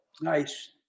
nice